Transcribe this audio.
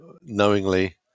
knowingly